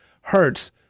hurts